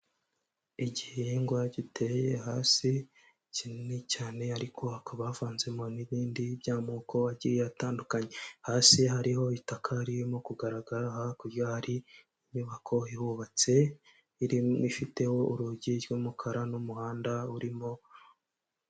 Igihingwa giteye hasi kinini cyane, ariko hakaba havanzemo n'ibindi by'amoko agiye atandukanye hasi hariho itaka ririmo kugaragara hakurya hari inyubako ihubatse ifiteho urugi rw'umukara n'umuhanda urimo.